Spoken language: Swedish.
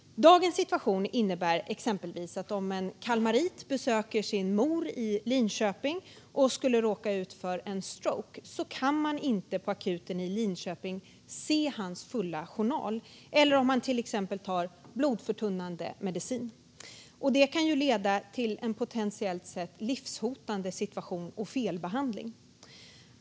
Dagens situation innebär exempelvis att om en kalmarit besöker sin mor i Linköping och skulle råka ut för en stroke kan man inte på akuten i Linköping se hans fulla journal eller om han till exempel tar blodförtunnande medicin. Detta kan potentiellt leda till en livshotande situation och till felbehandling.